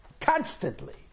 Constantly